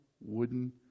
wooden